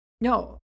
no